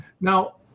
Now